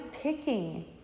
picking